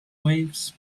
waves